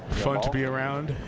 fun to be around.